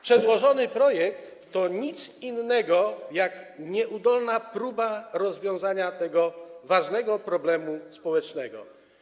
Przedłożony projekt to nic innego jak tylko nieudolna próba rozwiązania tego ważnego problemu społecznego.